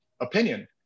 opinion